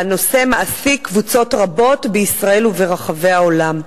והנושא מעסיק קבוצות רבות בישראל וברחבי העולם,